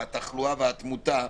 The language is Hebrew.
התחלואה והתמותה,